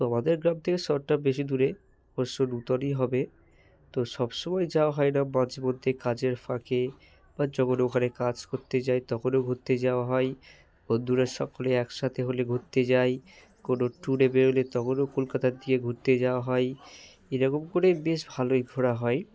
তো আমাদের গ্রাম থেকে শহরটা বেশি দূরে অবশ্য নূতনই হবে তো সব সময় যাওয়া হয় না মাঝে মধ্যে কাজের ফাঁকে বা যখন ওখানে কাজ করতে যাই তখনও ঘুরতে যাওয়া হয় বন্ধুরা সকলে একসাথে হলে ঘুরতে যাই কোনও ট্যুরে বেরোলে তখনও কলকাতার দিকে ঘুরতে যাওয়া হয় এরকম করে বেশ ভালোই ঘোরা হয়